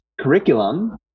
curriculum